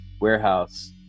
warehouse